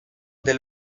del